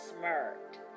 smirked